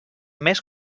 més